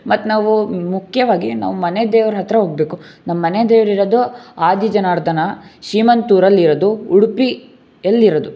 ಮತ್ತು ನಾವು ಮುಖ್ಯವಾಗಿ ನಾವು ಮನೆ ದೇವ್ರ ಹತ್ತಿರ ಹೋಗಬೇಕು ನಮ್ಮ ಮನೆ ದೇವ್ರು ಇರೋದು ಆದಿ ಜನಾರ್ಧನ ಶೀಮಂತೂರು ಅಲ್ಲಿರೋದು ಉಡುಪಿ ಅಲ್ಲಿರೋದು